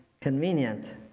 convenient